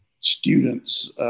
students –